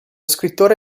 scrittore